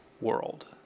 world